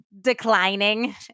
declining